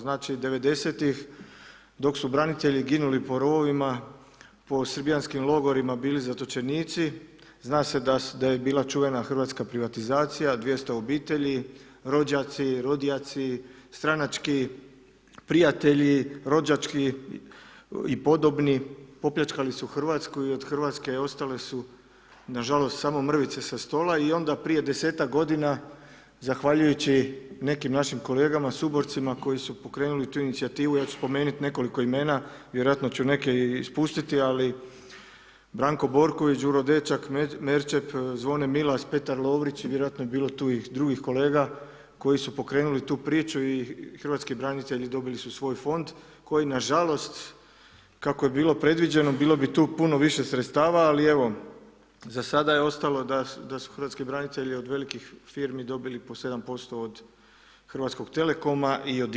Znači, 90-tih dok su branitelji ginuli po rovovima, po srbijanskim logorima bili zatočenici zna se da je bila čuvena Hrvatska privatizacija, 200 obitelji, rođaci, „rodjaci“, stranački prijatelji, rođački i podobni, opljačkali su Hrvatsku i od Hrvatske ostale su samo nažalost mrvice sa stola i onda prije 10-tak godina zahvaljujući nekim našim kolegama, suborcima koji su pokrenuli tu inicijativu, ja ću spomenut nekoliko imena, vjerojatno ću neke i ispustiti, ali, Branko Borković, Đuro Dečak, Merčep, Zvone Milas, Petar Lovrić i vjerojatno je bilo tu i drugih kolega koji su pokrenuli tu priču i Hrvatski branitelji dobili su svoj Fond koji na žalost kako je bilo predviđeno bilo bi tu puno više sredstava ali evo za sada je ostalo da su Hrvatski branitelji od Hrvatski firmi dobili po 7% od Hrvatskog telekoma i od INA-e.